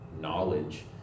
knowledge